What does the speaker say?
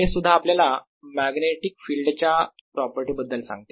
हेसुद्धा आपल्याला magnetic field च्या प्रॉपर्टी बद्दल सांगते